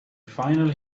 finally